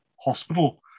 hospital